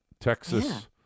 Texas